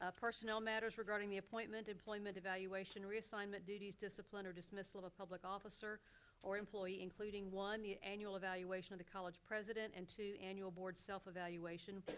ah personnel matters regarding the appointment, employment, evaluation, reassignment, duties, discipline or dismissal of a public officer or employee including one, the annual evaluation of the college president, and two, annual board self-evaluation.